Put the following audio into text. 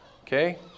okay